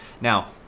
Now